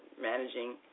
managing